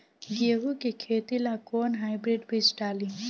गेहूं के खेती ला कोवन हाइब्रिड बीज डाली?